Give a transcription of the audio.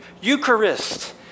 Eucharist